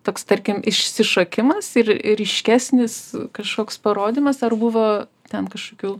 toks tarkim išsišokimas ir ryškesnis kažkoks parodymas ar buvo ten kažkokių